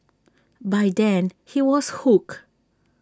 by then he was hooked